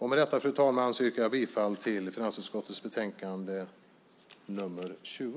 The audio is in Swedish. Med detta, fru talman, yrkar jag bifall till förslaget i finansutskottets betänkande nr 20.